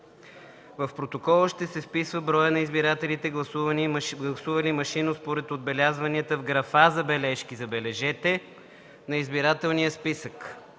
в протокола ще се вписват „броят на избирателите, гласували машинно според отбелязванията в графа „Забележки”, забележете, на избирателния списък.”